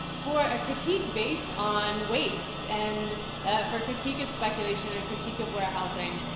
for a critique based on waste and for a critique of speculation and critique of warehousing,